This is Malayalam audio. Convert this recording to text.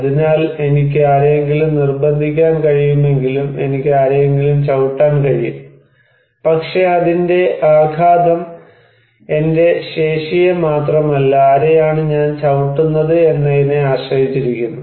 അതിനാൽ എനിക്ക് ആരെയെങ്കിലും നിർബന്ധിക്കാൻ കഴിയുമെങ്കിലും എനിക്ക് ആരെയെങ്കിലും ചവിട്ടാൻ കഴിയും പക്ഷേ അതിന്റെ ആഘാതം എന്റെ ശേഷിയെ മാത്രമല്ല ആരെയാണ് ഞാൻ ചവിട്ടുന്നത് എന്നതിനെ ആശ്രയിച്ചിരിക്കുന്നു